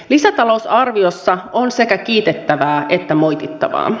lisätalousarviossa on sekä kiitettävää että moitittavaa